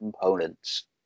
components